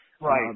Right